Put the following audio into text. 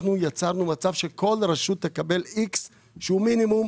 אנחנו יצרנו מצב שכל רשות תקבל X שהוא מינימום,